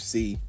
See